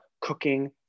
cooking